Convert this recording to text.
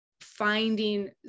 finding